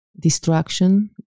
destruction